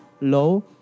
Low